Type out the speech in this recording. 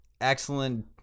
excellent